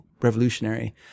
revolutionary